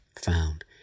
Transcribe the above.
found